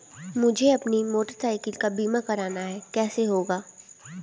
मुझे अपनी motorcycle का बीमा करना है कैसे होगा?